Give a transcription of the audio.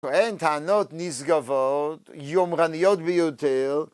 הן טענות נשגבות, יומרניות ביותר